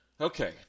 Okay